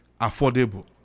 affordable